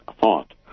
thought